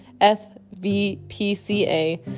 FVPCA